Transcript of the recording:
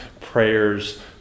prayers